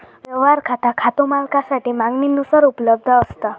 व्यवहार खाता खातो मालकासाठी मागणीनुसार उपलब्ध असता